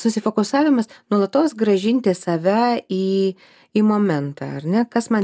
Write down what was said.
susifokusavimas nuolatos grąžinti save į į momentą ar ne kas man